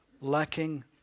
lacking